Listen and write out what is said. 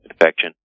infection